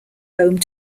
home